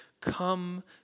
come